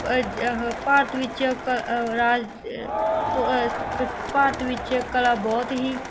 ਭਾਰਤ ਵਿੱਚ ਕ ਰਾ ਭਾਰਤ ਵਿੱਚ ਕਲਾ ਬਹੁਤ ਹੀ